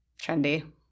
Trendy